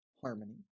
harmony